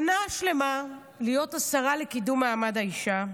שנה שלמה להיות השרה לקידום מעמד האישה,